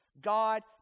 God